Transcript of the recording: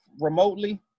remotely